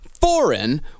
foreign